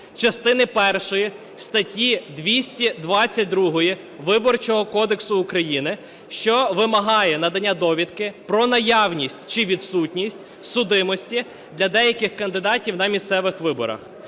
частини першої статті 222 Виборчого кодексу України, що вимагає надання довідки про наявність чи відсутність судимості для деяких кандидатів на місцевих виборах.